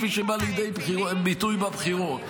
כפי שבא לידי ביטוי בבחירות.